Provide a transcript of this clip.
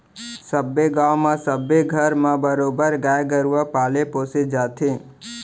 सबे गाँव म सबे घर म बरोबर गाय गरुवा पाले पोसे जाथे